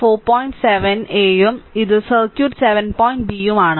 7 7 a ഉം ഇത് circuit 7 b ഉം ആണ്